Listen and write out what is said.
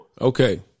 Okay